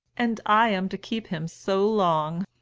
and i am to keep him so long!